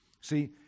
See